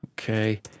Okay